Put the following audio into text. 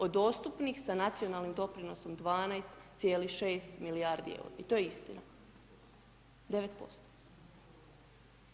Od dostupnih sa nacionalnim doprinosom 12,6 milijardi eura i to je istina, 9%